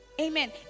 Amen